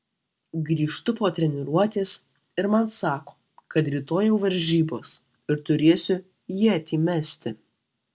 grįžtu po treniruotės ir man sako kad rytoj jau varžybos ir turėsiu ietį mesti